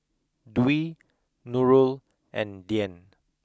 Dwi Nurul and Dian